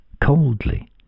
coldly